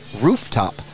rooftop